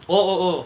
oh oh